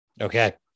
Okay